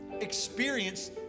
experience